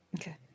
Okay